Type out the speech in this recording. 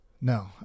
No